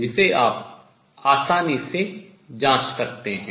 जिसे आप आसानी से जांच सकते हैं